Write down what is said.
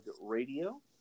Radio